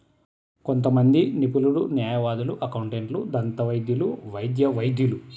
కొంతమంది నిపుణులు, న్యాయవాదులు, అకౌంటెంట్లు, దంతవైద్యులు, వైద్య వైద్యులు